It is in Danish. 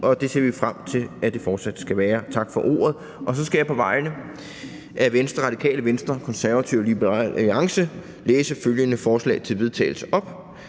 og det ser vi frem til at det fortsat skal være. Tak for ordet. Så skal jeg på vegne af Venstre, Radikale Venstre, Konservative og Liberal Alliance fremsætte følgende forslag til vedtagelse: